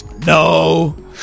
No